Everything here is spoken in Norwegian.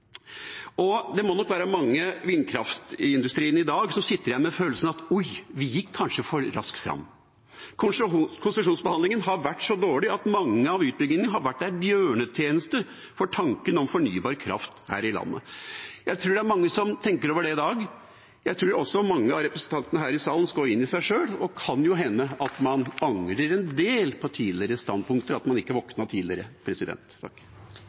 og artsmangfold. Det må nok være mange i vindkraftindustrien i dag som sitter igjen med følelsen: Oi, vi gikk kanskje for raskt fram. Konsesjonsbehandlingen har vært så dårlig at mange av utbyggingene har vært en bjørnetjeneste for tanken om fornybar kraft her i landet. Jeg tror det er mange som tenker over det i dag, jeg tror også mange av representantene her i salen skal gå inn i seg selv. Det kan jo hende at man angrer en del på tidligere standpunkter, at man ikke våknet tidligere.